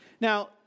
Now